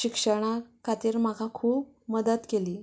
शिक्षणा खातीर म्हाका खूब मदत केली